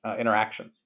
interactions